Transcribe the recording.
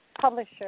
publisher